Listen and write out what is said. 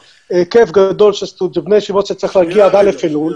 היקף גדול של בני ישיבות שצריכים להגיע עד א' אלול,